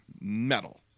metal